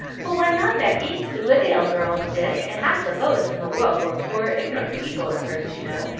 but why not, becky? the goodale girls did, and half the poets in the world were poor, ignorant people at first, you know.